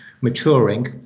maturing